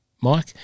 Mike